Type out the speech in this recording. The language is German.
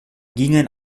gingen